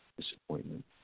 disappointment